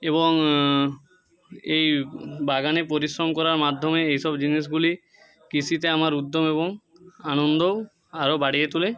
এবং এই বাগানে পরিশ্রম করার মাধ্যমে এইসব জিনিসগুলি কৃষিতে আমার উদ্যম এবং আনন্দও আরও বাড়িয়ে তোলে